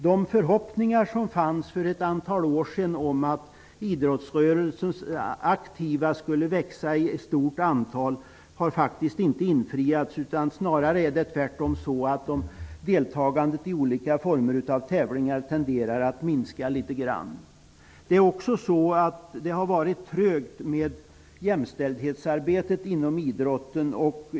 De förhoppningar som fanns för ett antal år sedan om att idrottsrörelsens aktiva skulle växa i stort antal har faktiskt inte infriats. Det är snarare tvärtom så att deltagandet i olika former av tävlingar tenderar att minska litet grand. Det har också varit trögt med jämställdhetsarbetet inom idrotten.